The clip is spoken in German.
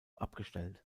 abgestellt